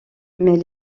mais